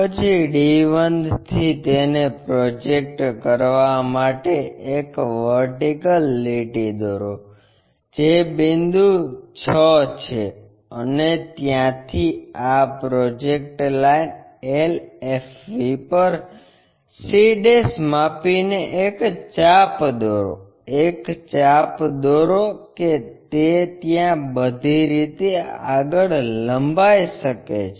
પછી d 1 થી તેને પ્રોજેકટ કરવા માટે એક વર્ટિકલ લીટી દોરો જે બિંદુ 6 છે અને ત્યાંથી આ પ્રોજેક્ટેડ લાઈન LFV પર c માપીને એક ચાપ દોરો એક ચાપ દોરો તે ત્યાં બધી રીતે આગળ લંબાઇ શકે છે